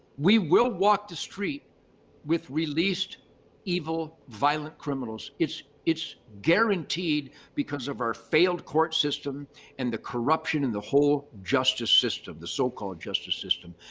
we will walk the street with released evil, violent criminals. it's it's guaranteed because of our failed court system and the corruption in the whole justice system, the so-called justice system.